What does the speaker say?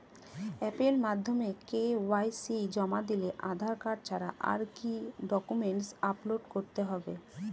অ্যাপের মাধ্যমে কে.ওয়াই.সি জমা দিলে আধার কার্ড ছাড়া আর কি কি ডকুমেন্টস আপলোড করতে হবে?